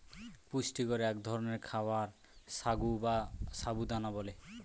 পুষ্টিকর এক ধরনের খাবার সাগু বা সাবু দানা বলে